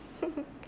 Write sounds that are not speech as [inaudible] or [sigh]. [laughs]